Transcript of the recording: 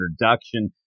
introduction